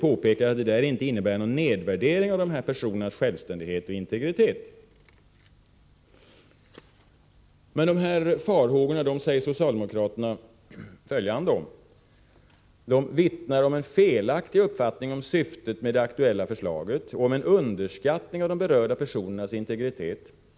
Det innebär ingen nedvärdering av dessa personers självständighet och integritet Dessa farhågor säger socialdemokraterna ”vittnar om en felaktig uppfattning om syftet med det aktuella förslaget och om en underskattning av de berörda personernas integritet.